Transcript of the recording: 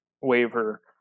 waiver